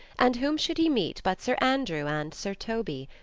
and whom should he meet but sir andrew and sir toby?